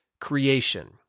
creation